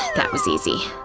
that was easy.